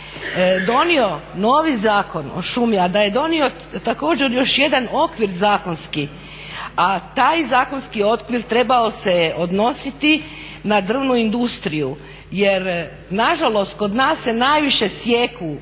donio novi Zakon o šumi, a da je donio također još jedan okvir zakonski, a taj zakonski okvir trebao se je odnositi na drvnu industriju. Jer na žalost kod nas se najviše sijeku,